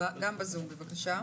לא שומעים אותך.